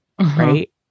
Right